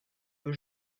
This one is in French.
peu